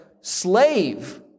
slave